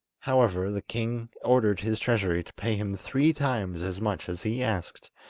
however, the king ordered his treasure to pay him three times as much as he asked,